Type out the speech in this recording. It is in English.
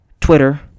Twitter